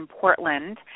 Portland